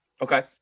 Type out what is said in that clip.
Okay